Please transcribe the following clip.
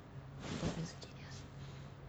so genius